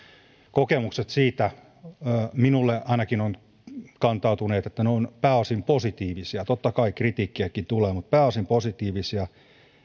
kokemukset siitä ainakin minulle kantautuneet ovat pääosin positiivisia totta kai kritiikkiäkin tulee mutta pääosin positiivisia